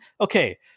okay